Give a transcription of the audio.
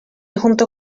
junto